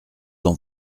dans